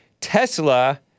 Tesla